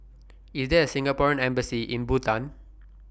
IS There A Singapore Embassy in Bhutan